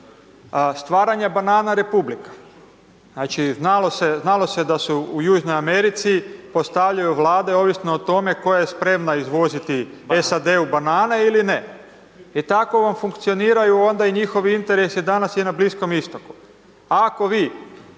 stvaranja banana republika. Znači znalo se da se u južnoj Americi postavljaju Vlade ovisno o tome koja je spremna izvoziti SAD-u banane ili ne. I tako vam funkcioniraju onda i njihovi interesi, danas je na Bliskom Istoku. Ako vi